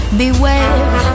beware